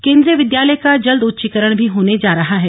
केन्द्रीय विद्यालय का जल्द उच्चीकरण भी होने जा रहा है